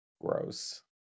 gross